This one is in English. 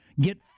get